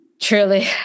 Truly